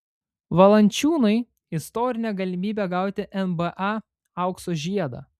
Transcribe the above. valančiūnui istorinė galimybė gauti nba aukso žiedą